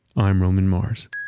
i'm roman mars